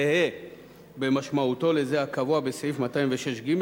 זהה במשמעותו לזה הקבוע בסעיף 206(ג)